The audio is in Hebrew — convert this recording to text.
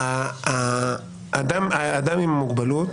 נניח שיש אדם עם מוגבלות